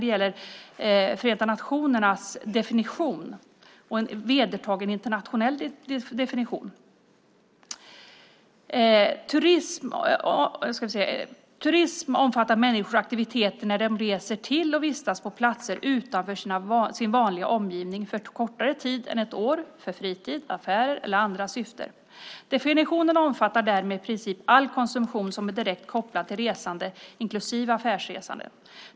Det gäller Förenta nationernas definition och en vedertagen internationell definition: Turism omfattar människors aktivitet när de reser till och vistas på platser utanför sin vanliga omgivning för en kortare tid än ett år för fritid, affärer eller andra syften. Definitionen omfattar därmed i princip all konsumtion som är direkt kopplad till resande, inklusive affärsresande.